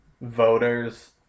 voters